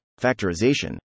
factorization